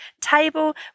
table